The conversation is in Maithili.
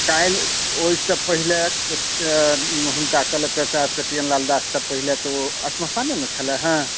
काल्हि ओहिसँ पहिले हुनका कलेक्टर साहब पी एल दाससे पहिले तऽ ओ श्मशानेमे छलै हंँ